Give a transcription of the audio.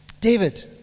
David